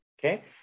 okay